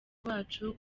rwacu